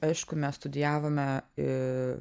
aišku mes studijavome iii